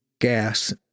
gas